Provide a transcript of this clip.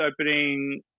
opening